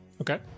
Okay